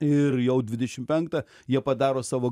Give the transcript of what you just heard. ir jau dvidešim penktą jie padaro savo